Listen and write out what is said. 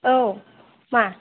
औ मा